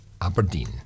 Aberdeen